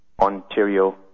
Ontario